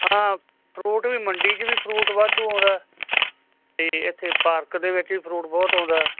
ਹਾਂ ਫਰੂਟ ਵੀ ਮੰਡੀ 'ਚ ਵੀ ਫਰੂਟ ਵਾਧੂ ਆਉਂਦਾ ਅਤੇ ਇੱਥੇ ਪਾਰਕ ਦੇ ਵਿੱਚ ਵੀ ਫਰੂਟ ਬਹੁਤ ਆਉਂਦਾ